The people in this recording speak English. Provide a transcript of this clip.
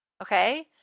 okay